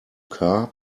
car